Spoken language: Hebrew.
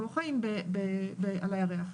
אנחנו לא חיים על הירח,